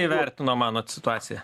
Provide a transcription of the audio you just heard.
įvertino manot situaciją